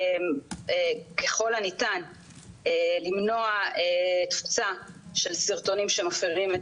ככול הניתן למנוע תפוצה של סרטונים שמפרים את